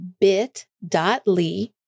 bit.ly